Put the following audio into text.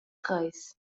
treis